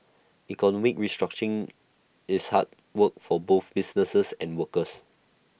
economic restructuring is hard work for both businesses and workers